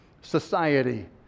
society